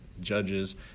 judges